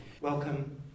Welcome